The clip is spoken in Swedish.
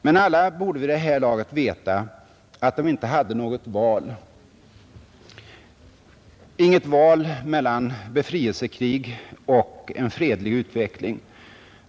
Men alla borde vid det här laget veta att de inte hade något val mellan befrielsekrig och en fredlig utveckling.